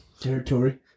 territory